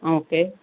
okay